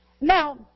Now